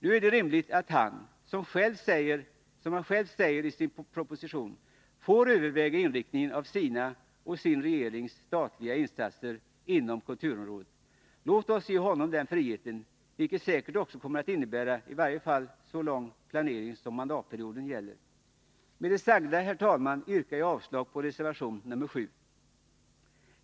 Nu är det rimligt att han, som han själv säger i sin proposition, får överväga inriktningen av sin och sin regerings statliga insatser inom kulturområdet. Låt oss ge honom den friheten, vilket i varje fall kommer att innebära så lång planering som mandatperioden gäller. Med det sagda, herr talman, yrkar jag avslag på reservation nr 7.